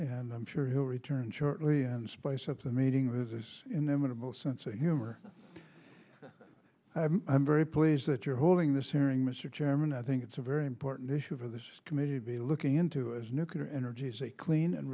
and i'm sure he'll return shortly and spice up the meeting was inevitable sense of humor i'm very pleased that you're holding this hearing mr chairman i think it's a very important issue for this committee to be looking into as nuclear energy is a clean and